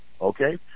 Okay